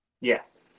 Yes